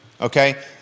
Okay